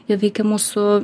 jie veikia mūsų